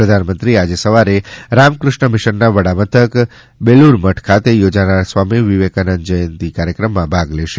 પ્રધાનમંત્રી આજે સવારે રામકૃષ્ણ મિશનના વડામથક બેલુરમઠ ખાતે યોજાનાર સ્વામિ વિવેકાનંદ જયંતિ કાર્યક્રમમાં ભાગ લેશે